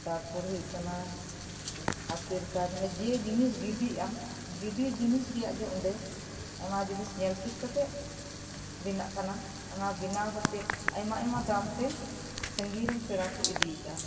ᱛᱟᱨᱯᱚᱨ ᱦᱳᱭᱳᱜ ᱠᱟᱱᱟ ᱦᱟᱛᱮᱨ ᱠᱟᱡᱽ ᱡᱮᱠᱚᱱᱚ ᱡᱤᱱᱤᱥ ᱜᱤᱰᱤᱜᱼᱟ ᱜᱤᱰᱤ ᱡᱤᱱᱤᱥ ᱨᱮᱭᱟᱜ ᱜᱮ ᱚᱸᱰᱮ ᱚᱱᱟ ᱡᱤᱱᱤᱥ ᱧᱮᱞᱴᱷᱤᱠ ᱠᱟᱛᱮᱫ ᱵᱮᱱᱟᱜ ᱠᱟᱱᱟ ᱚᱱᱟ ᱵᱮᱱᱟᱣ ᱠᱟᱛᱮᱫ ᱟᱭᱢᱟ ᱟᱭᱢᱟ ᱫᱟᱢᱛᱮ ᱥᱟᱺᱜᱤᱧᱨᱮᱱ ᱯᱮᱲᱟᱠᱚ ᱤᱫᱤᱭᱮᱫᱟ